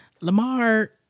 Lamar